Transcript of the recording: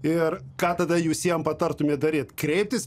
ir ką tada jūs jam patartumėt daryti kreiptis